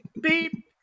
beep